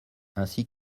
ainsi